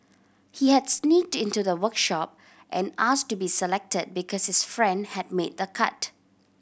he had sneaked into the workshop and asked to be selected because his friend had made the cut